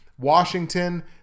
Washington